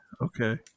okay